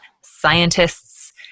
scientists